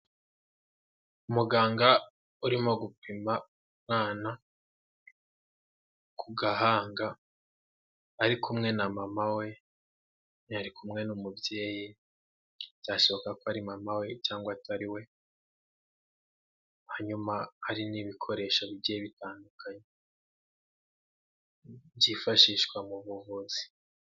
Umuganga urimo gupima umwana, ku gahanga, ari kumwe na mama we, ntiyari kumwe n'umubyeyi, byashoboka ko ari mama we cyangwa atari we, hanyuma hari n'ibikoresho bi bijyiye bitandukanye, byifashishwa mu buvuzi.